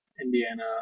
Indiana